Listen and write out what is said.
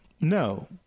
No